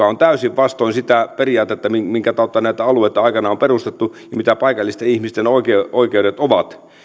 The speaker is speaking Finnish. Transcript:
on täysin vastoin sitä periaatetta minkä tautta näitä alueita aikanaan on perustettu ja mitkä paikallisten ihmisten oikeudet oikeudet ovat